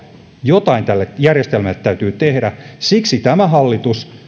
jotain tälle järjestelmälle täytyy tehdä siksi tämä hallitus